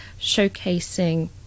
showcasing